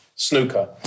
Snooker